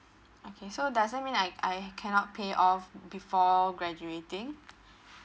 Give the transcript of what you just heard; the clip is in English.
okay so does that mean I I cannot pay off before graduating